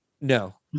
no